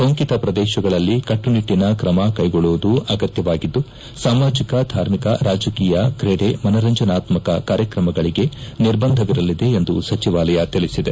ಸೋಂಕಿತ ಪ್ರದೇಶಗಳಲ್ಲಿ ಕಟ್ಸನಿಟ್ಲನ ಕ್ರಮ ಕ್ಲೆಗೊಳ್ಳುವುದು ಅಗತ್ಯವಾಗಿದ್ದು ಸಾಮಾಜಿಕ ಧಾರ್ಮಿಕ ರಾಜಕೀಯ ಕ್ರೀಡೆ ಮನರಂಜನಾತ್ಮಕ ಕಾರ್ಯಕ್ರಮಗಳಿಗೆ ನಿರ್ಬಂಧವಿರಲಿದೆ ಎಂದು ಸಚಿವಾಲಯ ತಿಳಿಸಿದೆ